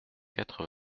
quatre